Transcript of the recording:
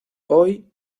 hoy